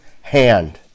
hand